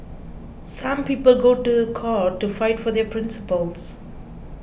some people go to the court to fight for their principles